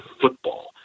football